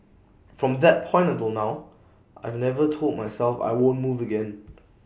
from that point until now I've never told myself I won't move again